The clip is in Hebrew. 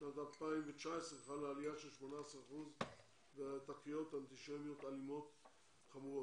בשנת 2019 חלה עלייה של 18 אחוזים בתקריות אנטישמיות חמורות.